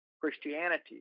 Christianity